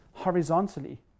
horizontally